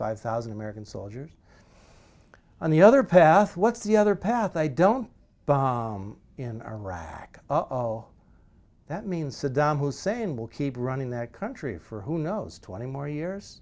five thousand american soldiers on the other path what's the other path i don't buy in iraq that means saddam hussein will keep running that country for who knows twenty more years